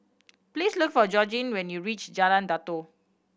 please look for Georgine when you reach Jalan Datoh